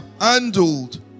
handled